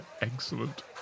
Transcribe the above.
excellent